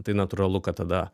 tai natūralu kad tada